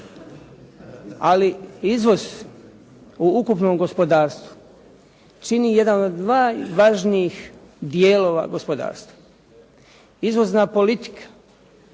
Ali izvoz u ukupnom gospodarstvu čini jedan od najvažnijih dijelova gospodarstva. Izvozna politika